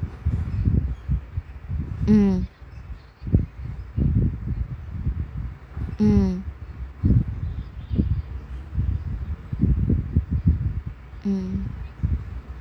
mm mm